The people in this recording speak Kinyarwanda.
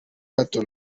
hato